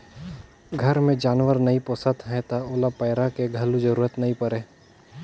घर मे जानवर नइ पोसत हैं त ओला पैरा के घलो जरूरत नइ परे